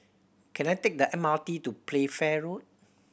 can I take the M R T to Playfair Road